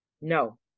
No